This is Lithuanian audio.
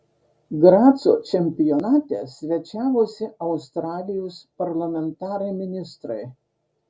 graco čempionate svečiavosi australijos parlamentarai ministrai